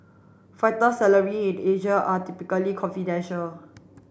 fighter salary in Asia are typically confidential